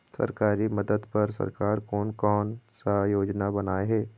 सरकारी मदद बर सरकार कोन कौन सा योजना बनाए हे?